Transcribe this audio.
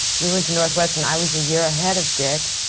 we went to northwestern. i was a year ahead of dick,